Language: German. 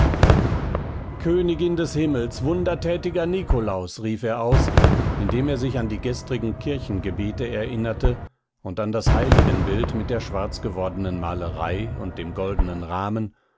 königin des himmels wundertätiger nikolaus rief er aus indem er sich an die gestrigen kirchengebete erinnerte und an das heiligenbild mit der schwarzgewordenen malerei und dem goldenen rahmen